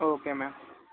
okay ma'am